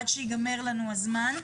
עד שייגמר לנו הזמן.